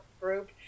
group